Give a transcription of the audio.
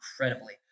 incredibly